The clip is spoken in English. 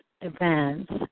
events